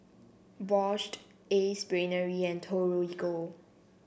Ace Brainery and Torigo